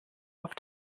auf